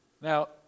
Now